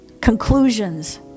conclusions